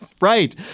Right